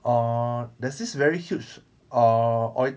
err there's this very huge err oil